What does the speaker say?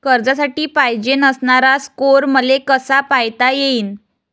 कर्जासाठी पायजेन असणारा स्कोर मले कसा पायता येईन?